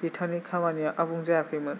बिथांनि खामानिया आबुं जायाखैमोन